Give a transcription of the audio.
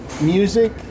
music